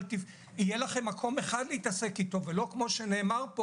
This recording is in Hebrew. אבל יהיה לכם מקום אחד להתעסק איתו ולא כמו שנאמר פה